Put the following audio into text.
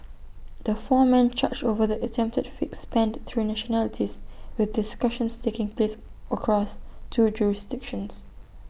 the four men charged over the attempted fix spanned three nationalities with discussions taking place across two jurisdictions